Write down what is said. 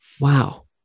wow